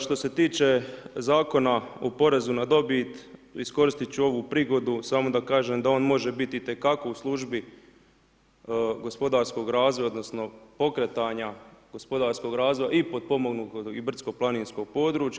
Što se tiče Zakona o porezu na dobit, iskoristiti ću ovu prigodu samo da kažem, da on može biti itekako u službi gospodarskog razvoja odnosno pokretanja gospodarskog razvoja i potpomognutog i brdsko planinskog područja.